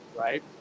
right